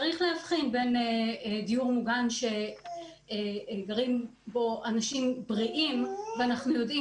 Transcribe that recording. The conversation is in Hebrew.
צריך להבחין בין דיור מוגן שגרים בו אנשים בריאים ואנחנו יודעים